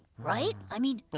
right? i mean